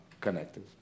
connected